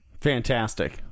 Fantastic